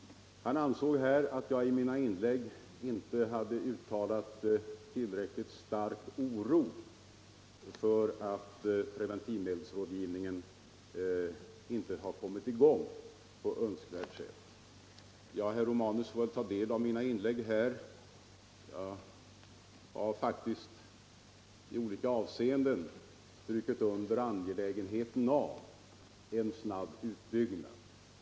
Herr Romanus anser att jag i mina inlägg inte uttalat tillräckligt stark oro för att preventivmedelsrådgivningen inte kommit i gång på önskvärt sätt. Herr Romanus får väl ta del av mina inlägg i den här frågan. Jag har faktiskt understrukit det angelägna i en snabb utbyggnad i olika avseenden.